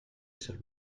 sant